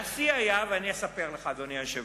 והשיא היה, ואני אספר לך, אדוני היושב-ראש,